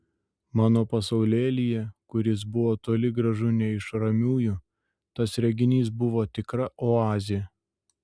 mano pasaulėlyje kuris buvo toli gražu ne iš ramiųjų tas reginys buvo tikra oazė